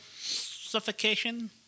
suffocation